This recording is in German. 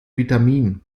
vitamin